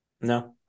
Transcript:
No